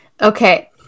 Okay